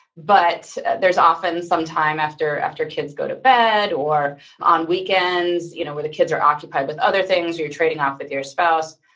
but there's often some time after after kids go to bed or on weekends you know where the kids are occupied with other things or you're trading off with your spouse.